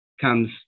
comes